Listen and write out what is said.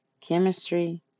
chemistry